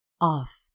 off